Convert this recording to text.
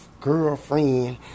girlfriend